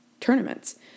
tournaments